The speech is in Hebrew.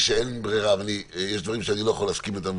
שאין ברירה ויש דברים שאני לא יכול להסכים איתם,